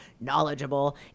knowledgeable